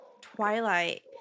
Twilight